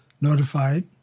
notified